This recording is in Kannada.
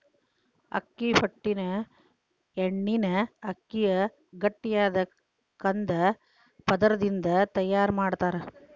ಅಕ್ಕಿ ಹೊಟ್ಟಿನ ಎಣ್ಣಿನ ಅಕ್ಕಿಯ ಗಟ್ಟಿಯಾದ ಕಂದ ಪದರದಿಂದ ತಯಾರ್ ಮಾಡ್ತಾರ